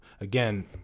again